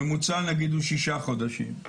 הממוצע נגיד הוא שישה חודשים.